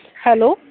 hello